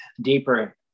deeper